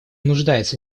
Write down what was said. нуждается